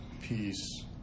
peace